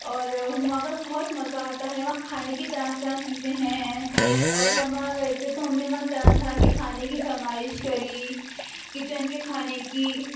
اور وہاں پر بہت مزہ آتا ہے وہاں کھانے کی طرح طرح کی چیزیں ہیں اور ہم وہاں گئے تھے تو ہم نے وہاں طرح طرح کے کھانے کی فرمائش کری کچن کے کھانے کی